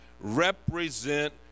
represent